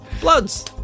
Bloods